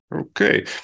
Okay